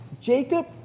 Jacob